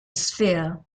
sphere